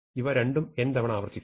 ഇവ രണ്ടും n തവണ ആവർത്തിക്കുന്നു